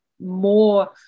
more